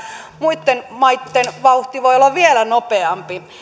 muitten maitten vauhti voi olla vielä nopeampi